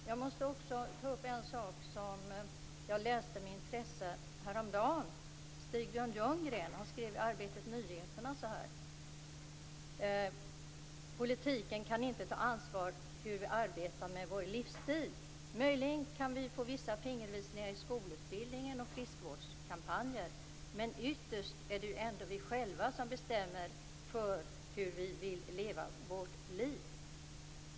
Jag vill också ta upp en sak som jag läste med intresse häromdagen. Stig-Björn Ljunggren skrev i Arbetet Nyheterna: Politiken kan inte ta ansvar för hur vi arbetar med vår livsstil. Möjligen kan vi få vissa fingervisningar i skolutbildningen och genom friskvårdskampanjer, men ytterst är det ändå vi själva som bestämmer hur vi vill leva vårt liv.